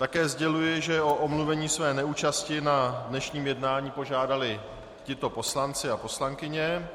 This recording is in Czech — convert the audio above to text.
Také sděluji, že o omluvení své neúčasti na dnešním jednání požádali tito poslanci a poslankyně.